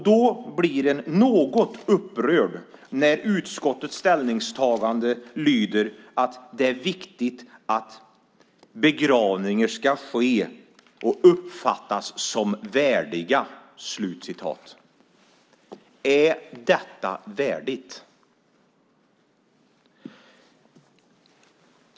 Då blir man något upprörd när utskottets ställningstagande lyder "att det är viktigt att begravningar kan ske under former som uppfattas som värdiga". Är detta värdigt?